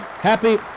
Happy